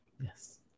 Yes